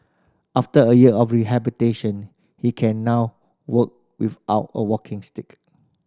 after a year of rehabilitation he can now walk without a walking stick